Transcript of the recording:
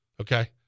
okay